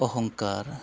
अहंखार